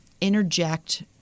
interject